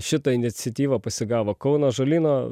šitą iniciatyvą pasigavo kauno ąžuolyno